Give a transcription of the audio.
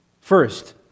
First